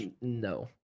No